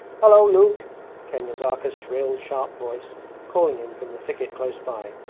hallo, luke came nazarka's shrill, sharp voice calling him from the thicket close by.